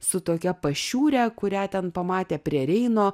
su tokia pašiūrė kurią ten pamatė prie reino